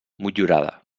motllurada